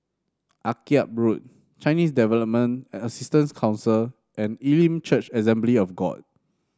Akyab Road Chinese Development Assistance Council and Elim Church Assembly of God